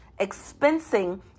expensing